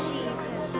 Jesus